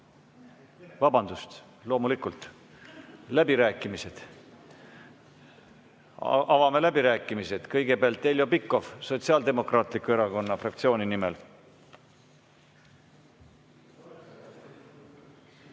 Vabandust! Loomulikult, läbirääkimised. Avame läbirääkimised. Kõigepealt Heljo Pikhof, Sotsiaaldemokraatliku Erakonna fraktsiooni nimel.